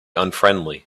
unfriendly